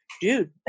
dude